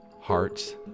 hearts